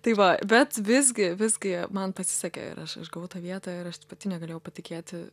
tai va bet visgi visgi man pasisekė ir aš aš gavau tą vietą ir aš pati negalėjau patikėti